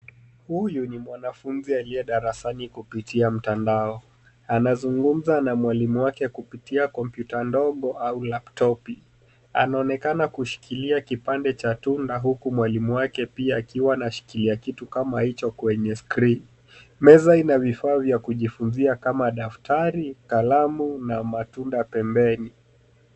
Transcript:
Huyu ni mwanafunzi aliye darasani kupitia mtandao. Anazungumza na mwalimu wake kupitia kompyuta ndogo au laptop . Anaonekana kushikilia kipande cha tunda, huku mwalimu wake pia akiwa anashikilia kitu kama hicho kwenye skrini. Meza ina vifaa vya kujifunzia kama daftari, kalamu na matunda pembeni.